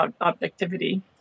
objectivity